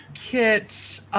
Kit